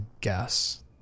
guess